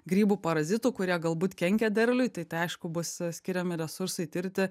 grybų parazitų kurie galbūt kenkia derliui tai tai aišku bus skiriami resursai tirti